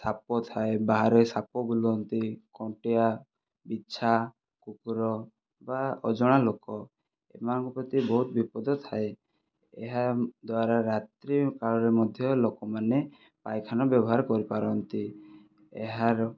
ସାପ ଥାଏ ବାହାରେ ସାପ ବୁଲନ୍ତି କଣ୍ଟିଆ ବିଛା କୁକୁର ବା ଅଜଣା ଲୋକ ଏମାନଙ୍କ ପ୍ରତି ବହୁତ ବିପଦ ଥାଏ ଏହା ଦ୍ୱାରା ରାତ୍ରିକାଳରେ ମଧ୍ୟ ଲୋକମାନେ ପାଇଖାନା ବ୍ୟବହାର କରିପାରନ୍ତି ଏହାର